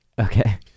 Okay